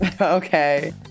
Okay